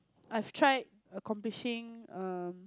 I've tried accomplishing um